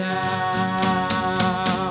now